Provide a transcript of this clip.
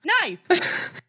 Nice